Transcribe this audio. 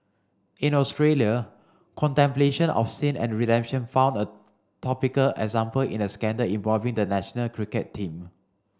in Australia contemplation of sin and redemption found a topical example in a scandal involving the national cricket team